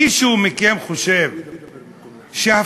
מישהו מכם חושב שהפלסטינים